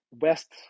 west